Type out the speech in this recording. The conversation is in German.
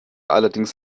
allerdings